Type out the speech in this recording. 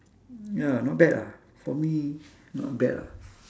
ya not bad ah for me not bad lah